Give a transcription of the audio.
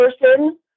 person